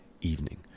evening